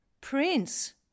Prince